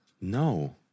No